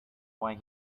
why